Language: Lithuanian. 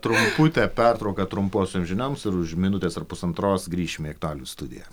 trumputę pertrauką trumposiom žinoms ir už minutės ar pusantros grįšime į aktualijų studiją